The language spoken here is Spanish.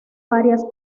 varias